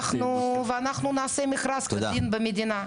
ואנחנו נעשה מכרז כדין במדינה.